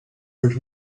much